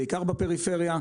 בעיקר בפריפריה.